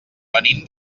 venim